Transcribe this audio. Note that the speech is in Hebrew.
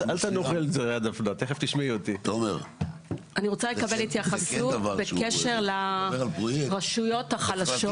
אני רוצה לקבל התייחסות בקשר לרשויות החלשות.